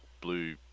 blue